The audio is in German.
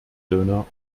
döner